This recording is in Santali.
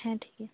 ᱦᱮᱸ ᱴᱷᱤᱠ ᱜᱮᱭᱟ